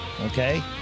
okay